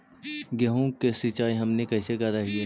गेहूं के सिंचाई हमनि कैसे कारियय?